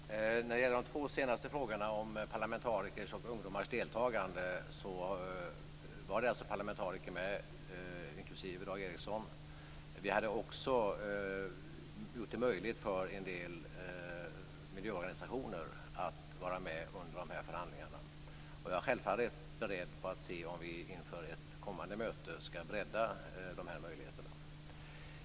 Fru talman! När det gäller de två senare frågorna, om parlamentarikers och ungdomars deltagande, var parlamentariker med på konferensen, inklusive Dan Ericsson. Vi hade också gjort det möjligt för en del miljöorganisationer att vara med under förhandlingarna. Men jag är självfallet beredd att se om vi inför ett kommande möte skall bredda de möjligheterna.